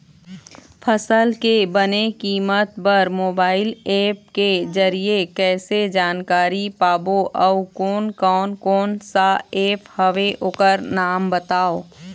फसल के बने कीमत बर मोबाइल ऐप के जरिए कैसे जानकारी पाबो अउ कोन कौन कोन सा ऐप हवे ओकर नाम बताव?